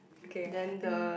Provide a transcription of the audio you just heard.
okay I think